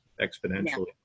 exponentially